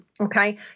Okay